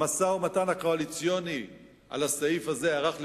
המשא-ומתן הקואליציוני על הסעיף הזה ארך,